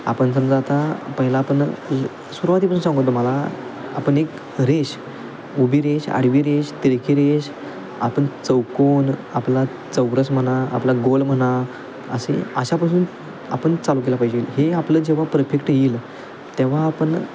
आपण समजा आता पहिला आपण सुरुवातीपासून सांगू तुम्हाला आपण एक रेष उभी रेष आडवी रेष तिरकी रेष आपण चौकोन आपला चौरस म्हणा आपला गोल म्हणा असे अशापासून आपण चालू केला पाहिजेल हे आपलं जेव्हा परफेक्ट येईल तेव्हा आपण